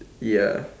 ya